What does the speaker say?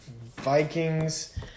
Vikings